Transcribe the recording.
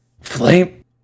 Flame